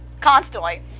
constantly